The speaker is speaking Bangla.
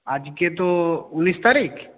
আজকে তো উনিশ তারিখ